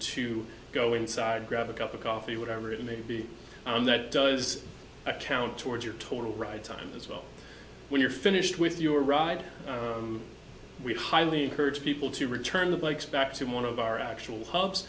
to go inside grab a cup of coffee whatever it may be and that does count towards your total right time as well when you're finished with your ride we highly encourage people to return the bikes back to one of our actual hubs